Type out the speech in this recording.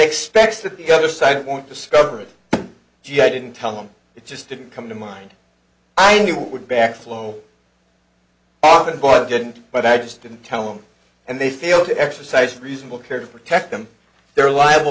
expects that the other side won't discover it gee i didn't tell them it just didn't come to mind i knew it would backflow our bargain but i just didn't tell them and they failed to exercise reasonable care to protect them they're liable